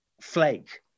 flake